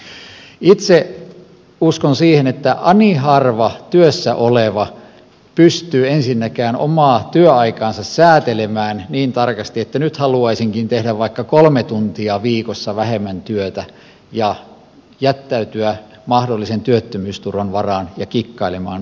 itse uskon siihen että ani harva työssä oleva pystyy ensinnäkään omaa työaikaansa säätelemään niin tarkasti että nyt haluaisinkin tehdä vaikka kolme tuntia viikossa vähemmän työtä ja jättäytyä mahdollisen työttömyysturvan varaan ja kikkailemaan tuilla